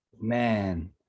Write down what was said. Man